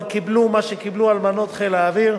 אבל קיבלו מה שקיבלו אלמנות חיל האוויר.